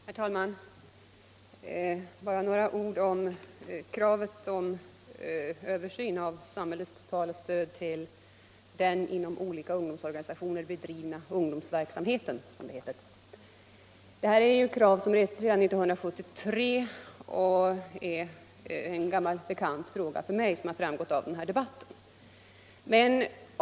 Herr talman! Bara några ord om kravet på översyn av samhällets totala stöd till den inom olika ungdomsorganisationer bedrivna ungdomsverksamheten. domsorganisatio Det här är ett krav som restes redan 1973. Som har framgått av debatten är det en gammal bekant fråga för mig.